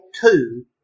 two